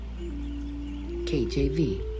kjv